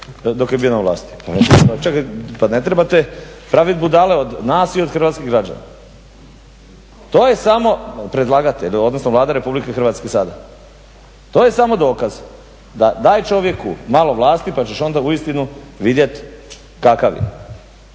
dok je bio na vlasti. Pa čekajte, pa ne trebate praviti budale od nas i od hrvatskih građana. To je samo predlagatelj, odnosno Vlada Republike Hrvatske sada, to je samo dokaz da daj čovjeku malo vlasti pa ćeš onda uistinu vidjeti kakav je.